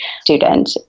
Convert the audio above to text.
student